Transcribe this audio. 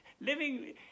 living